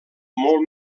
molt